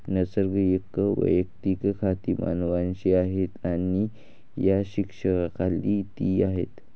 नैसर्गिक वैयक्तिक खाती मानवांची आहेत आणि या शीर्षकाखाली ती आहेत